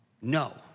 no